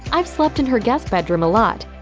i've slept in her guest bedroom a lot.